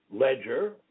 ledger